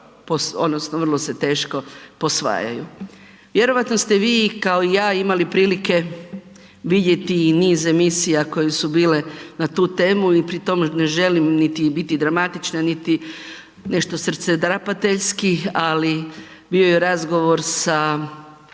odnosno vrlo se teško posvajaju. Vjerojatno ste vi kao i ja imali prilike vidjeti i niz emisija koja su bile na tu temu i pri tom ne želim niti biti dramatična niti nešto srcedrapateljski, ali bio je razgovor sa